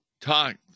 talk